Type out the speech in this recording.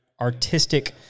artistic